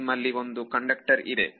ನಿಮ್ಮಲ್ಲಿ ಒಂದು ಕಂಡಕ್ಟರ್ ಇದ್ದರೆ